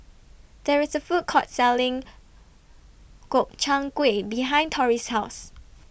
There IS A Food Court Selling Gobchang Gui behind Tori's House